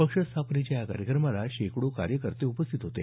पक्ष स्थापनेच्या या कार्यक्रमाला शेकडो कार्यकर्ते उपस्थित होते